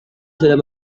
sudah